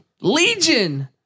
Legion